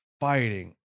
fighting